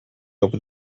over